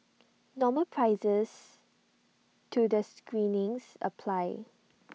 normal prices to the screenings apply